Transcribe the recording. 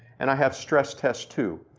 and i have stress test two,